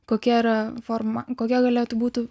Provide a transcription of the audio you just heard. kokia yra forma kokia galėtų būti